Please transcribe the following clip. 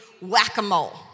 Whack-A-Mole